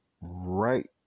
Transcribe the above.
right